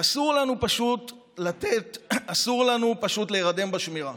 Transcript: אסור לנו פשוט להירדם בשמירה.